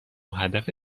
هدف